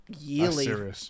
yearly